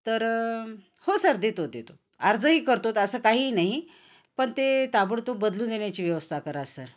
तर हो सर देतो देतो अर्जही करतो तर असं काहीही नाही पण ते ताबडतो बदलून देण्याची व्यवस्था करा सर